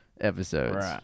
episodes